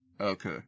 Okay